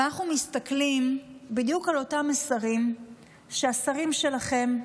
ואנחנו מסתכלים בדיוק על אותם מסרים שהשרים שלכם,